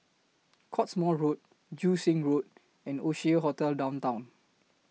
Cottesmore Road Joo Seng Road and Oasia Hotel Downtown